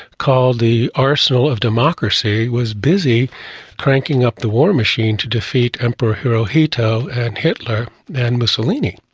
called the arsenal of democracy, was busy cranking up the war machine to defeat emperor hirohito and hitler and mussolini.